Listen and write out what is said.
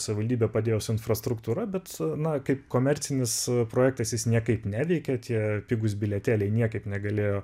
savivaldybė padėjo su infrastruktūra bet na kaip komercinis projektas jis niekaip neveikia tie pigūs bilietėliai niekaip negalėjo